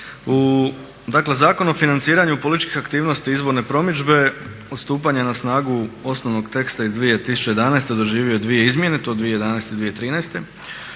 Dakle, Zakon o financiranju političke aktivnosti i izborne promidžbe od stupanja na snagu osnovnog teksta iz 2011. doživio je dvije izmjene, to od 2011. do 2013.